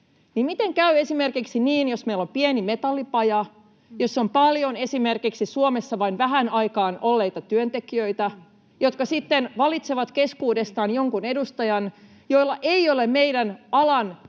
miten käy esimerkiksi silloin, jos meillä on pieni metallipaja, jossa on paljon esimerkiksi Suomessa vain vähän aikaa olleita työntekijöitä, jotka sitten valitsevat keskuudestaan jonkun edustajan, jolla ei ole alan